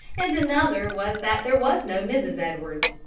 and another was that there was no mrs. edwards.